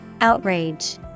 Outrage